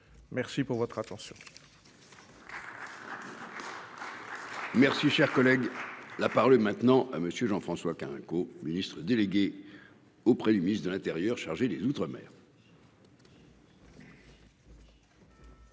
Merci pour votre attention.